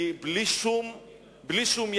היא בלי שום יחס.